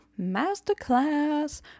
Masterclass